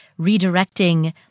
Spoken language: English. redirecting